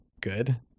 good